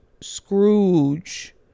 Scrooge